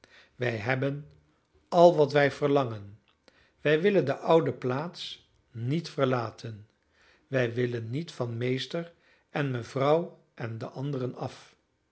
wij hebben al wat wij verlangen wij willen de oude plaats niet verlaten wij willen niet van meester en mevrouw en de anderen af